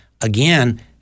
again